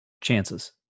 chances